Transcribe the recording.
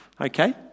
Okay